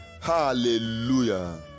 Hallelujah